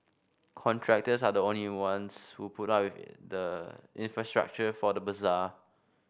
contractors are the ones who put up the infrastructure for the bazaar